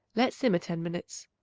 let simmer ten minutes.